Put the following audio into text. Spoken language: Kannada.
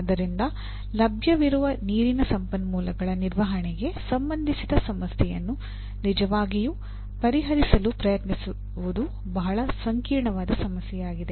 ಆದ್ದರಿಂದ ಲಭ್ಯವಿರುವ ನೀರಿನ ಸಂಪನ್ಮೂಲಗಳ ನಿರ್ವಹಣೆಗೆ ಸಂಬಂಧಿಸಿದ ಸಮಸ್ಯೆಯನ್ನು ನಿಜವಾಗಿಯೂ ಪರಿಹರಿಸಲು ಪ್ರಯತ್ನಿಸುವುದು ಬಹಳ ಸಂಕೀರ್ಣವಾದ ಸಮಸ್ಯೆಯಾಗಿದೆ